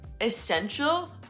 essential